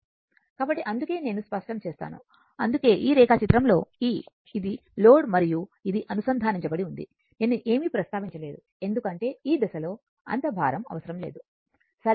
కాబట్టి అందుకే నేను స్పష్టం చేస్తాను అందుకే ఈ రేఖాచిత్రంలో ఈ ఇది లోడ్ మరియు ఇది అనుసంధానించబడి ఉంది నేను ఏమీ ప్రస్తావించలేదు ఎందుకంటే ఈ దశలో అంత భారం అవసరం లేదు సరైనది